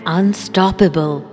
unstoppable